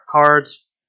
cards